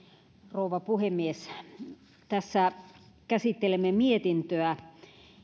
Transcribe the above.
rouva puhemies tässä käsittelemme mietintöä